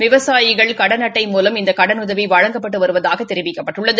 விவசாயிகள் கடன் அட்டை மூலம் இந்த கடனுதவி வழங்கப்பட்டு வருவதாகத் தெரிவிக்கப்பட்டுள்ளது